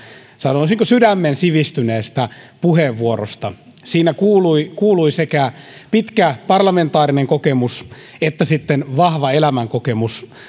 sanoisinko sydämensivistyneestä puheenvuorosta siinä kuuluivat sekä pitkä parlamentaarinen kokemus että vahva elämänkokemus